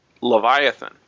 Leviathan